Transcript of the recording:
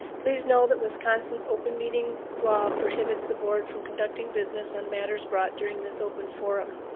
please know that wisconsin's open meetings law prohibits the board from conducting business on matters brought during this open forum.